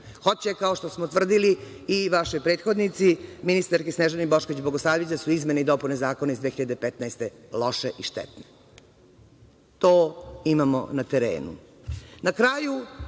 Hoće, kao što smo tvrdili i vašoj prethodnici, ministarki Snežani Bošković Bogosavljević, da su izmene i dopune zakona iz 2015. godine loše i štetne. To imamo na terenu. Na